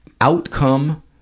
outcome